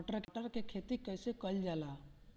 मटर के खेती कइसे कइल जाला?